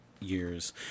years